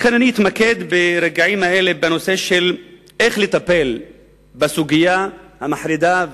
לכן אני אתמקד ברגעים האלה בשאלה איך לטפל בסוגיה המחרידה,